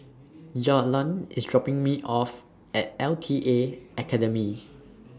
Jalon IS dropping Me off At L T A Academy